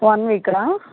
one week రా